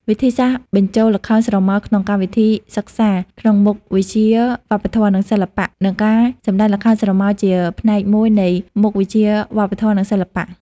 វិធីសាស្រ្តបញ្ចូលល្ខោនស្រមោលក្នុងកម្មវិធីសិក្សាក្នុងមុខវិជ្ជាវប្បធម៌ និងសិល្បៈ និងការសម្តែងល្ខោនស្រមោលជាផ្នែកមួយនៃមុខវិជ្ជាវប្បធម៌ និងសិល្បៈ។